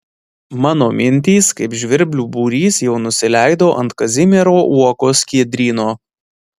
mano mintys kaip žvirblių būrys jau nusileido ant kazimiero uokos skiedryno